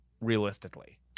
realistically